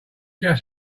just